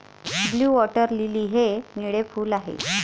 blue water lily हे निळे फूल आहे